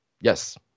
Yes